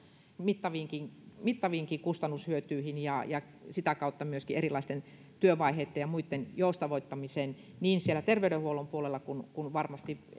mittaviinkin mittaviinkin kustannushyötyihin ja sitä kautta myöskin erilaisten työvaiheitten ja muitten joustavoittamiseen niin siellä terveydenhuollon puolella kuin varmasti